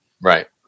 Right